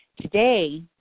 Today